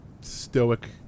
stoic